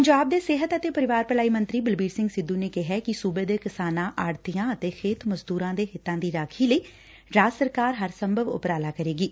ਪੰਜਾਬ ਦੇ ਸਿਹਤ ਅਤੇ ਪਰਿਵਾਰ ਭਲਾਈ ਮੰਤਰੀ ਬਲਬੀਰ ਸਿੰਘ ਸਿੱਧੁ ਨੇ ਕਿਹਾ ਕਿ ਸੁਬੇ ਦੇ ਕਿਸਾਨਾਂ ਆੜੁਤੀਆਂ ਅਤੇ ਖੇਤ ਮਜਦੁਰਾਂ ਦੇ ਹਿੱਤਾਂ ਦੀ ਰਾਖੀ ਲਈ ਰਾਜ ਸਰਕਾਰ ਹਰ ਸੰਭਵ ਉਪਰਾਲਾ ਕਰੇਗੀ